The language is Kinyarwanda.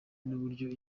n’uburyo